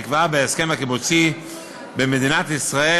שנקבעה בהסכם הקיבוצי בין מדינת ישראל